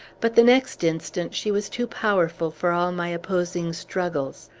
but, the next instant, she was too powerful for all my opposing struggles.